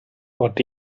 what